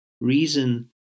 Reason